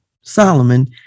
Solomon